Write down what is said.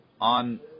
on